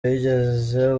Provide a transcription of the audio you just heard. wigeze